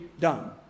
done